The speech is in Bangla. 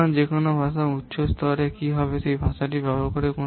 সুতরাং কোন ভাষার উচ্চ স্তরের জন্য কী হবে সেই ভাষাটি ব্যবহার করে